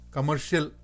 Commercial